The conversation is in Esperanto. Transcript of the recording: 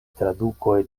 tradukoj